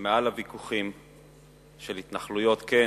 ומעל לוויכוחים של התנחלויות כן,